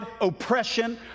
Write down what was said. oppression